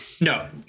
no